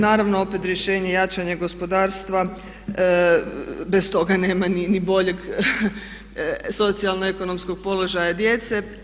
Naravno opet rješenje jačanje gospodarstva, bez toga nema ni boljeg socijalno-ekonomskog položaja djece.